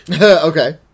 okay